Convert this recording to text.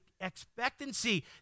expectancy